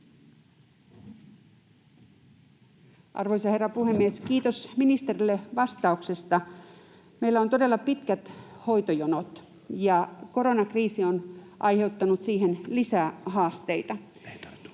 Arvoisa herra puhemies! Kiitos ministerille vastauksesta. Meillä todella on pitkät hoitojonot, ja koronakriisi on aiheuttanut siihen lisää haasteita.